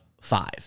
five